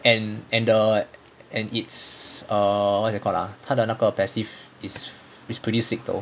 and and the err and it's err what is that called ah 他的那个 passive is is pretty sick though